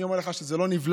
אני אומר לך שזה לא נבלע.